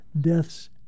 deaths